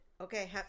okay